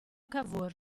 cavour